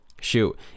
shoot